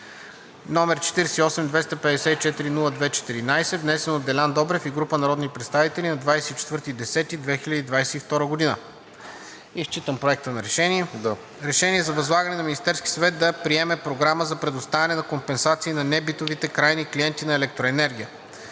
№ 48-254-02-14, внесен от Делян Добрев и група народни представители на 24.10.2022 г.“ Изчитам Проекта на решение. „Проект! РЕШЕНИЕ за възлагане на Министерския съвет да приеме програма за предоставяне на компенсации на небитовите крайни клиенти на електроенергия